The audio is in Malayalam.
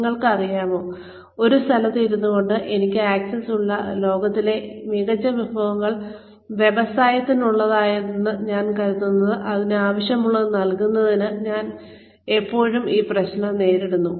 നിങ്ങൾക്ക് അറിയാമോ ലോകത്തിലെ ഏറ്റവും മികച്ച വിഭവങ്ങൾ ആക്സസ് ഉള്ള ഒരു സ്ഥലത്ത് ഇരുന്നുകൊണ്ട് വ്യവസായത്തിനായുള്ളതെന്നു ഞാൻ കരുതുന്നത് നൽകുന്നതിൽ ഞാൻ ഇപ്പോഴും പ്രശ്നം നേരിടുന്നു